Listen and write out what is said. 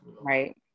right